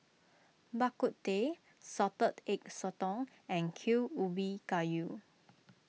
Bak Kut Teh Salted Egg Sotong and Kuih Ubi Kayu